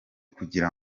kugira